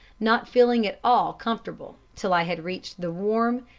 not feeling at all comfortable till i had reached the warm,